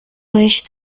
wish